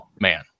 man